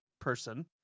person